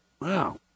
Wow